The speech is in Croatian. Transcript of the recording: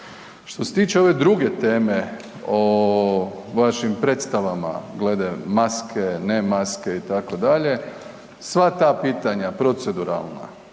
Što se tiče ove druge teme o vašim predstavama glede maske, ne maske itd., sva ta pitanja proceduralna,